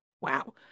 Wow